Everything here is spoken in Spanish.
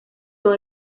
son